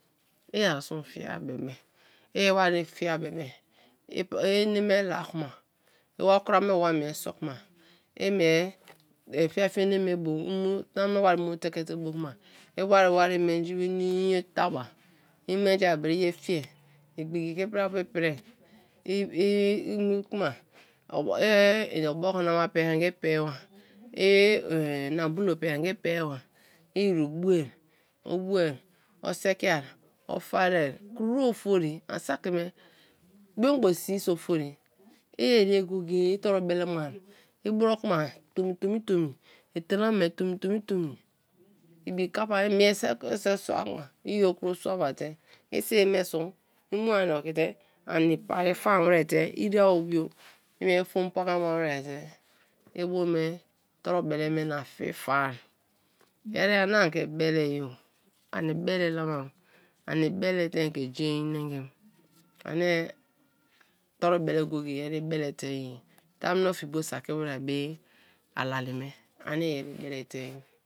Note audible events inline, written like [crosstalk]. I arisun fia bebe, i-iwari fia bebe, [hesitation] ene me la kma, i wo kwra me bo wa mie so kma, i mie fiafia ene me bo i mu tamuno wai me boi mu te ke te bo kma, iwari wari menji nwenii inyo taba, i menji-a bra i ye fiei, igbiki ke i pra-pu i pra-a [hesitation] i mu kma [hesitation] ini oboko na ma pi anga, i pi ba, [hesitation] inambulo pi anga i pi ba, i ru bue, o bue, o sikia, ofaria, kruru ofori an saki me, biogbon si so-ofori, i eri ya-go-go-e i torubelena, i bro kma tomi tomi, ibi kappa se sua kma, i okro suaba te, i sibi me so i mu ani oki oki te ani pari faan wer te iria bio i mie fom paka i wer te i bu me toru bete me na fie faa; ye ri ani ke i bele ye-o, ani bele la mamini i bele te ke jen nengimi, ani toru bele go-go-e i bele tein ye; tamuno fie bo saki wer be ala li me; ani yeri i bele tein ye.